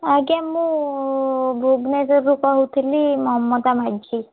ଆଜ୍ଞା ମୁଁ ଭୁବନେଶ୍ୱରରୁ କହୁଥିଲି ମମତା ମାଝି